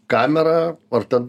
kamera or ten